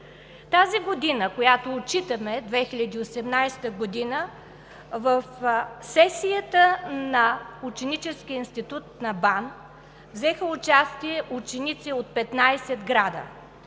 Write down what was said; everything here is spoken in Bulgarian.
Годината, която отчитаме – 2018 г., в сесията на Ученическия институт на БАН взеха участие ученици от 15 града